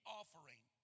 offering